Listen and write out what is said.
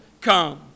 come